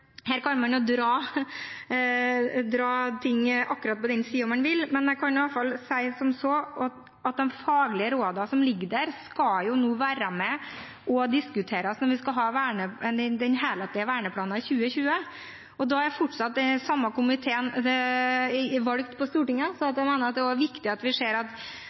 her kan dra ting akkurat til den siden man vil. Jeg kan i hvert fall si at de faglige rådene som ligger der, skal være med og diskuteres når vi skal ha den helhetlige verneplanen i 2020. Da er fortsatt den samme komiteen valgt på Stortinget. Jeg mener det også er viktig å se at det ikke er sånn at